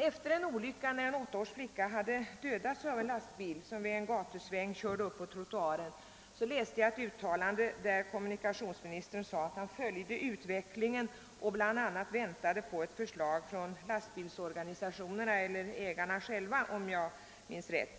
Efter den olycka, då en 8 års flicka hade dödats av en lastbil som vid en gatusväng körde upp på trottoaren, läste jag ett uttalande, där kommunikationsministern sade att han följde utvecklingen och bl.a. väntade på ett förslag från lastbilsförarorganisationerna själva, om jag minns rätt.